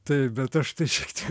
taip bet aš tai šiek tiek